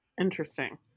Interesting